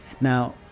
Now